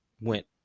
went